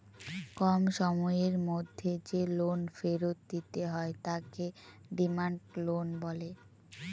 কম সময়ের মধ্যে যে লোন ফেরত দিতে হয় তাকে ডিমান্ড লোন বলে